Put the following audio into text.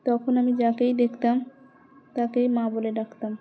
তখন আমি যাকেই দেখতাম তাকেই মা বলে ডাকতাম